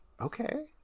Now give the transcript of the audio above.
okay